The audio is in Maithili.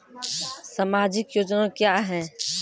समाजिक योजना क्या हैं?